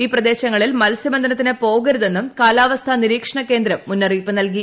ഈ പ്രദേശങ്ങളിൽ മത്സ്യബന്ധനത്തിന് പോകരുതെന്നും കാലാവസ്ഥ നിരീക്ഷണകേന്ദ്രം മുന്നറിയിപ്പ് നൽകി